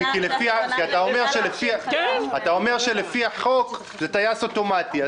כי אתה אומר שלפי החוק זה טייס אוטומטי,